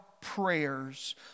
prayers